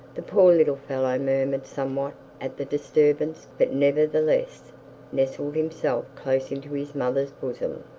the poor little fellow murmured somewhat at the disturbance, but nevertheless nestled himself close into his mother's bosom.